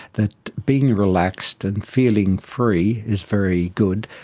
that being relaxed and feeling free is very good.